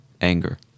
anger